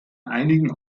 einigen